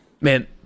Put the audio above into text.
Man